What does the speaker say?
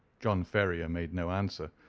john ferrier made no answer,